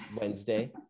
Wednesday